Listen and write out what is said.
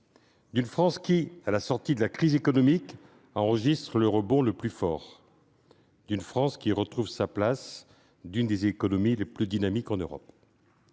d'une France qui, à la sortie de la crise économique, enregistre le rebond le plus fort ; d'une France qui retrouve sa place parmi les économies les plus dynamiques en Europe.